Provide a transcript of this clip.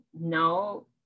No